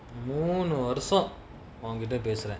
no no மூணுவருசம்உங்கிட்டபேசுறேன்:moonu varusam unkita pesuren